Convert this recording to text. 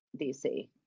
DC